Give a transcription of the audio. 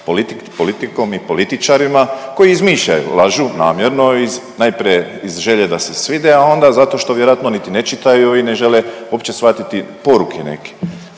politikom i političarima koji izmišljaju, lažu, namjerno iz, najprije iz želje da se svide, a onda zato što vjerojatno niti ne čitaju i ne žele uopće shvatiti poruke neke.